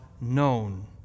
known